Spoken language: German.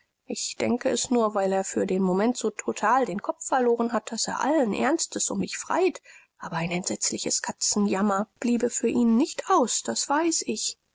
ich denke es nur weil er für den moment so total den kopf verloren hat daß er alles ernstes um mich freit aber ein entsetzlicher katzenjammer bliebe für ihn nicht aus das weiß ich